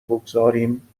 بگذاریم